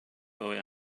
boy